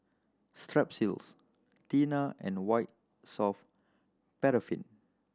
Strepsils Tena and White Soft Paraffin